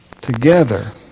Together